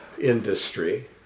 industry